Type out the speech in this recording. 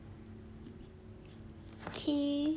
okay